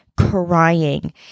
crying